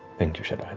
thank you, shadowhand.